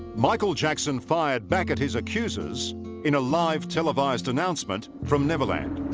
michael jackson fired back at his accusers in a live televised announcement from neverland